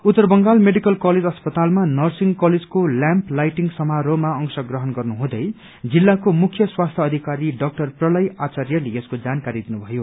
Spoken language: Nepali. उत्तर बंगाल मेडिकल कलेज अस्पतालमा नर्सिगं कलेजको लेम्प लाइटिंग समारोहमा अंश ग्रहण गर्नुहँदै जिल्लाको मुख्य स्वास्थ्य अधिकारी डाक्टर प्रलय आचार्यले यसको जानकारी दिनुभयो